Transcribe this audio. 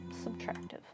subtractive